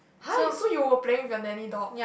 !huh! you so you were playing with your nanny dog